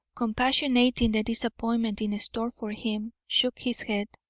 compassionating the disappointment in store for him, shook his head,